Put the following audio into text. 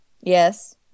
Yes